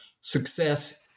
success